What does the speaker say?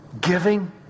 giving